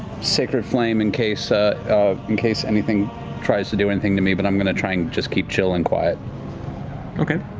sacred flame in case ah in case anything tries to do anything to me, but i'm going to try and just keep chill and quiet. matt okay.